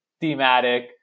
thematic